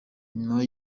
nyuma